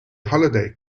holiday